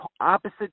opposite